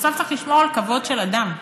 בסוף, צריך לשמור על כבוד של אדם.